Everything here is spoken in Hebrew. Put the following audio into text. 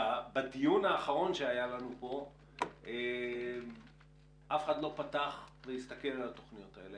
בדיון האחרון שהיה לנו פה אף אחד לא פתח והסתכל על התוכניות האלה.